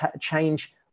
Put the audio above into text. change